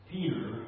Peter